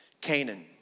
Canaan